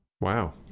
wow